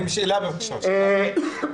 או.קיי.